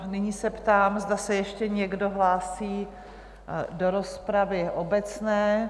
Nyní se ptám, zda se ještě někdo hlásí do rozpravy obecné?